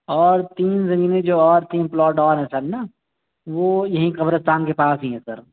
اور تین زمینیں جو اور تین پلاٹ اور ہیں سر نا وہ یہیں قبرستان کے پاس ہی ہیں سر